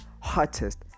hottest